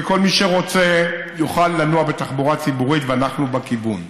כל מי שרוצה יוכל לנוע בתחבורה הציבורית ואנחנו בכיוון.